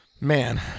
man